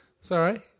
Sorry